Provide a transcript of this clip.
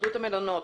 התאחדות המלונות,